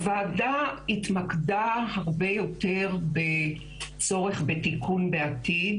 הוועדה התמקדה הרבה יותר בצורך בתיקון בעתיד,